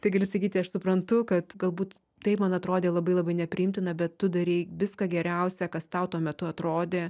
tai galiu sakyti aš suprantu kad galbūt tai man atrodė labai labai nepriimtina bet tu darei viską geriausia kas tau tuo metu atrodė